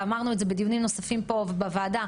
ואמרנו את זה בדיונים נוספים פה בוועדה.